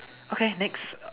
okay next